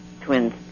twins